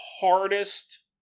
hardest